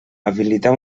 habilitar